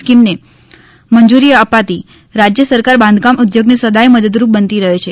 સ્કીમને મંજૂરી આપતી રાજ્ય સરકાર બાંધકામ ઉદ્યોગ ને સદાય મદદરૂપ બનતી રહી છે